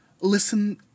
listen